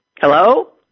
Hello